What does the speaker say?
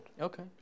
Okay